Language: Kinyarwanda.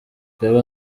twebwe